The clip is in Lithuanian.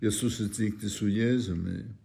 ir susitikti su jėzumi